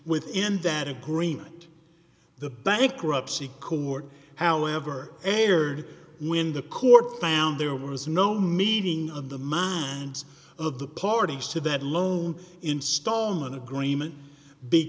within that agreement the bankruptcy court however erred when the court found there was no meeting of the minds of the parties to that loan installment agreement big